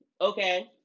okay